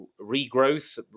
regrowth